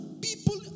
people